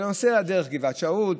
אלא הוא נוסע דרך גבעת שאול,